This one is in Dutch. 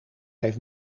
heeft